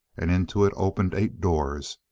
and into it opened eight doors,